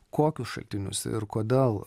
kokius šaltinius ir kodėl